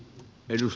kiitos